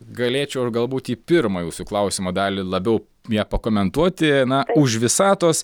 galėčiau ir galbūt į pirmą jūsų klausimo dalį labiau ją pakomentuoti na už visatos